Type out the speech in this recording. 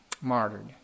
martyred